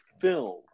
film